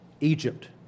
Egypt